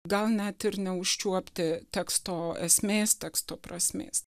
gal net ir neužčiuopti teksto esmės teksto prasmės